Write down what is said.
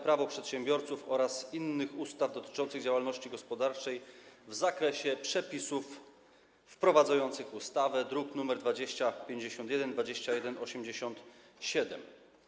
Prawo przedsiębiorców oraz innych ustaw dotyczących działalności gospodarczej w zakresie przepisów wprowadzających ustawę, druki nr 2051, 2187.